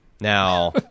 Now